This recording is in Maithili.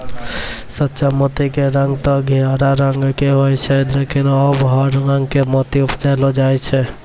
सच्चा मोती के रंग तॅ घीयाहा रंग के होय छै लेकिन आबॅ हर रंग के मोती उपजैलो जाय छै